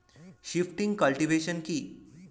Shifting cultivation কি?